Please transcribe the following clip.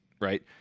right